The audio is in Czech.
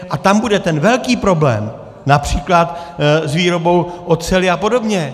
A tam bude ten velký problém například s výrobou oceli a podobně.